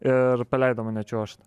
ir paleido mane čiuožt